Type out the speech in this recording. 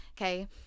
okay